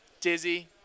dizzy